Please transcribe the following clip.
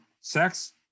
sex